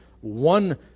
one